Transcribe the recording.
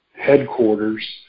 headquarters